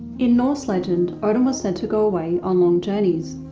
in norse legend, odin was said to go away on long journeys.